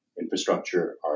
infrastructure